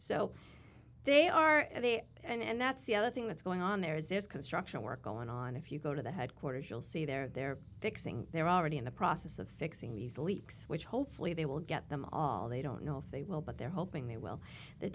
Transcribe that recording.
so they are and that's the other thing that's going on there is this construction worker going on if you go to the headquarters you'll see there they're fixing they're already in the process of fixing these leaks which hopefully they will get them all they don't know if they will but they're hoping they will the